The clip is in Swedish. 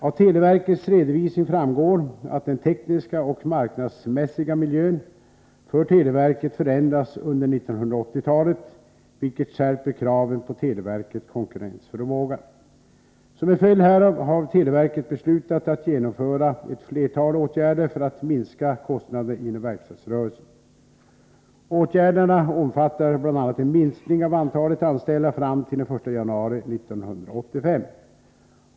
Av televerkets redovisning framgår att den tekniska och marknadsmässiga miljön för televerket förändras under 1980-talet, vilket skärper kraven på televerkets konkurrensförmåga. Som en följd härav har televerket beslutat att genomföra ett flertal åtgärder för att minska kostnaderna inom verkstadsrörelsen. Åtgärderna omfattar bl.a. en minskning av antalet anställda fram till den 1 januari 1985.